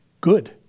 Good